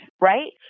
right